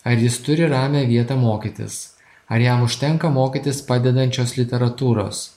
ar jis turi ramią vietą mokytis ar jam užtenka mokytis padedančios literatūros